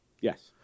Yes